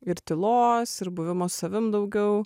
ir tylos ir buvimo savim daugiau